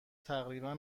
تقریبا